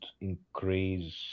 increase